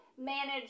manage